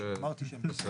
אמרתי, שמש.